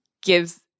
gives